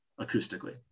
acoustically